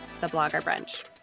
thebloggerbrunch